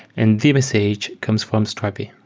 and the message comes from strapi.